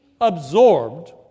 absorbed